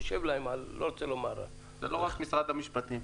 זה לא רק משרד המשפטים.